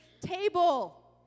table